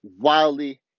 wildly